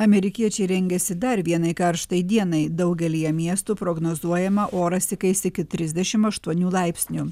amerikiečiai rengiasi dar vienai karštai dienai daugelyje miestų prognozuojama oras įkais iki trisdešim aštuonių laipsnių